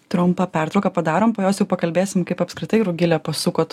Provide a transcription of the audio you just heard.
trumpą pertrauką padarom po jos jau pakalbėsim kaip apskritai rugilė pasukot